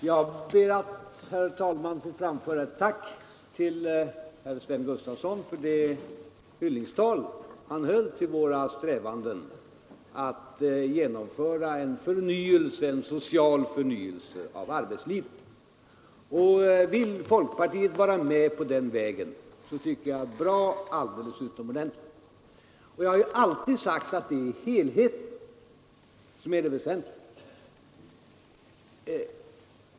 Herr talman! Jag ber att få framföra ett tack till herr Sven Gustafson för det hyllningstal han höll till våra strävanden att genomföra en social förnyelse av arbetslivet. Vill folkpartiet vara med på den vägen tycker jag att det är bra och alldeles utomordentligt. Jag har alltid sagt att det är helheten som är det väsentliga.